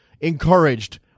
encouraged